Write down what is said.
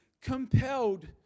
compelled